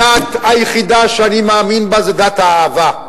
הדת היחידה שאני מאמין בה זה דת האהבה,